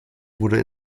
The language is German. wurde